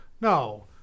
No